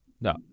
no